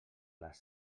les